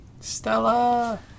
Stella